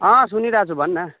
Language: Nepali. अँ सुनिरहेछु भन् न